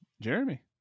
Jeremy